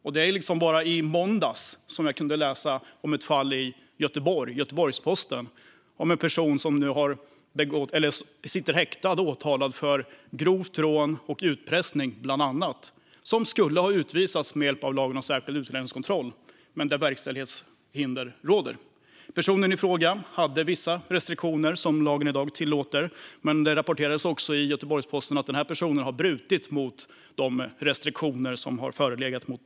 Så sent som i måndags kunde jag i Göteborgs-Posten läsa om ett fall med en person som sitter häktad åtalad för bland annat grovt rån och utpressning, som skulle ha utvisats enligt lagen om särskild utlänningskontroll; dock råder verkställighetshinder. Personen i fråga hade vissa restriktioner, som lagen i dag tillåter, men det rapporterades också i Göteborgs-Posten att denna person brutit mot de restriktioner som förelegat.